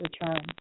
return